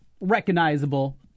recognizable